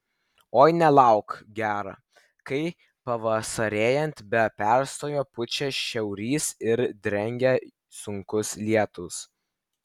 oi nelauk gera kai pavasarėjant be perstojo pučia šiaurys ir drengia sunkūs lietūs